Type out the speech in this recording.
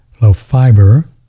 low-fiber